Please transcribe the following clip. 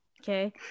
Okay